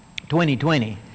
2020